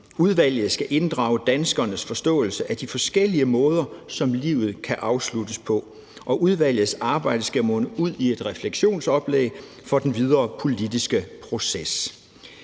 Udvalget skal inddrage danskernes forståelse af de forskellige måder, som livet kan afsluttes på, og udvalgets arbejde skal munde ud i et refleksionsoplæg for den videre politiske proces.